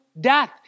death